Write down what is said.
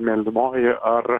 mėlynoji ar